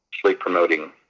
sleep-promoting